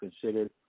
considered